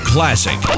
Classic